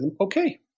okay